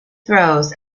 throws